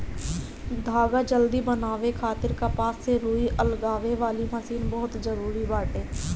धागा जल्दी बनावे खातिर कपास से रुई अलगावे वाली मशीन बहुते जरूरी बाटे